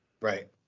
Right